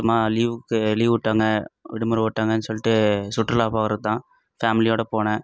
சும்மா லீவுக்கு லீவ் விட்டாங்க விடுமுறை விட்டாங்கன்னு சொல்லிட்டுச் சுற்றுலாப் போகிறது தான் ஃபேமிலியோடுப் போனேன்